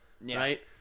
right